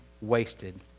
wasted